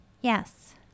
Yes